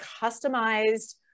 customized